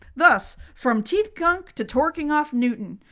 thus, from teeth gunk to torquing off newton,